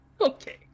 Okay